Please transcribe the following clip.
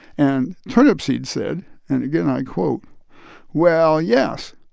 and turnipseed said and again i quote well, yes,